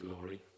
glory